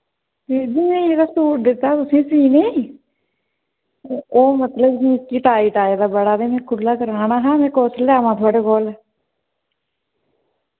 दीदी मैं एह् जेह्ड़ा सूट दित्ता तुसें सीने ते ओह् मतलब कि मिकी टाइट आए दा बड़ा ते मैं खु'ल्ला कराना हा मैं कुसलै आवां थोआढ़े कोल